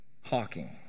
Hawking